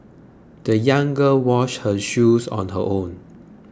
the young girl washed her shoes on her own